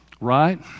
Right